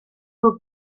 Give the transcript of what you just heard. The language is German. nur